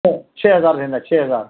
त छह हज़ार थींदा छह हज़ार